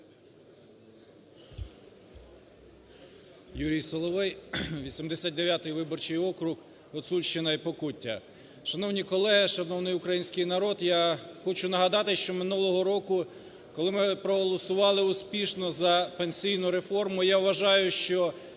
Юрій Соловей, 89 виборчий округ, Гуцульщина і Покуття. Шановні колеги! Шановний український народ! Я хочу нагадати, що минулого року, коли ми проголосували успішно за пенсійну реформу, я вважаю, що